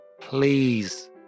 Please